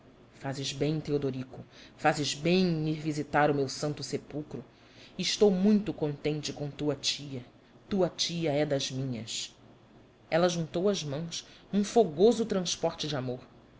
fazes bem teodorico fazes bem em ir visitar o meu santo sepulcro e estou muito contente com a tua tia tua tia é das minhas ela juntou as mãos num fogoso transporte de amor